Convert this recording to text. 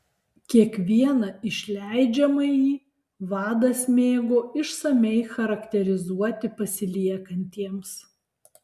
kiekvieną išleidžiamąjį vadas mėgo išsamiai charakterizuoti pasiliekantiems